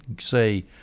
say